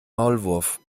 maulwurf